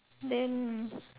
then